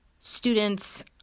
Students